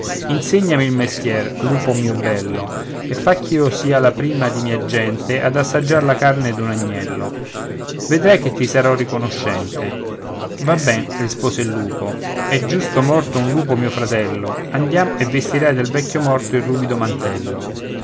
insegnami il mestier lupo mio bello e fa ch'io sia la prima di mia gente ad assaggiar la carne d'un agnello vedrai che ti sarò riconoscente va ben rispose il lupo è giusto morto un lupo mio fratello andiamo e vestirai del vecchio morto il ruvido mantello